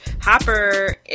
Hopper